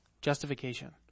justification